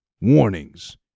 warnings